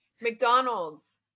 McDonald's